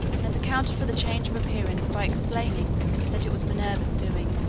and accounted for the change of appearance by explaining that it was minerva's doing.